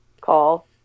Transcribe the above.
call